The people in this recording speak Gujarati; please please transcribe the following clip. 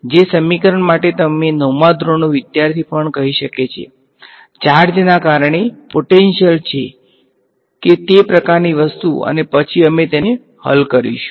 જે સમીકરણ માટે તમને 9મા ધોરણનો વિદ્યાર્થી પણ કહી શકે છે ચાર્જને કારણે પોટેંશીયલ છે કે તે પ્રકારની વસ્તુ અને પછી અમે તેને હલ કરીશું